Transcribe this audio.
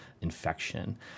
infection